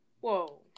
whoa